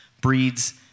breeds